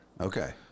Okay